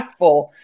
impactful